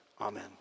Amen